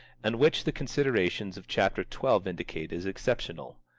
and which the considerations of chapter twelve indicate as exceptional.